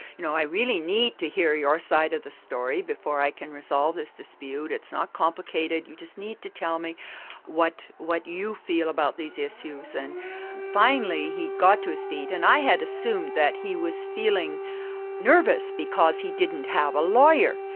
you know, i really need to hear your side of the story before i can resolve this dispute, it's not complicated, you just need to tell me what what you feel about these issues. and finally he got to his feet and i had assumed that he was feeling nervous, because he didn't have a lawyer.